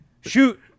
shoot